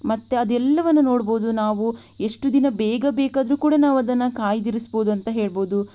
ಮತ್ತು ಅದೆಲ್ಲವನ್ನೂ ನೋಡಬಹುದು ನಾವು ಎಷ್ಟು ದಿನ ಬೇಗ ಬೇಕಾದರೂ ಕೂಡ ನಾವದನ್ನು ಕಾಯ್ದಿರಿಸಬಹುದು ಅಂತ ಹೇಳಬಹುದು